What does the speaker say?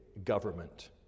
government